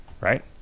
right